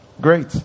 great